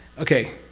okay.